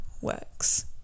works